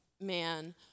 man